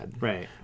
Right